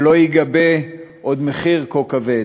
שלא ייגבה מחיר כה כבד.